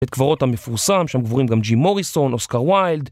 בית קברות המפורסם, שם קבורים גם ג'ים מוריסון, אוסקר ווילד